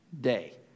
day